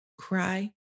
cry